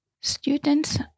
Students